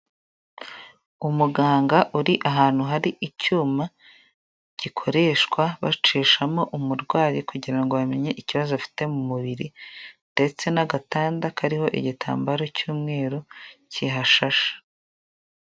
Umuganga uri ahantu hari icyuma gikoreshwa bacishamo umurwayi kugira ngo bamenye ikibazo afite mu mubiri ndetse n'agatanda kariho igitambaro cy'umweru kihashasha.